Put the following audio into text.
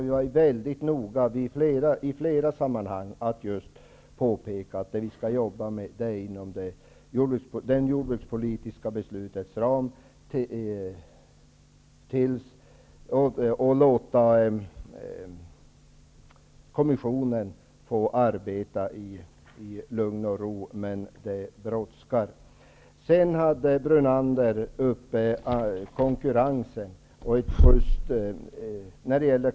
Jag har i flera sammanhang påpekat noga att vi skall jobba inom ramen för det jordbrukspolitiska beslutet och låta kommissionen arbeta i lugn och ro, även om det brådskar.